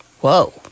Whoa